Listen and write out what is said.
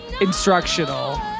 instructional